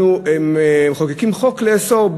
אנחנו מחוקקים חוק לאסור,